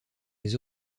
les